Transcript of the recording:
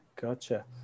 gotcha